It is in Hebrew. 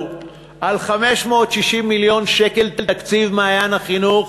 על 560 מיליון שקל תקציב "מעיין החינוך"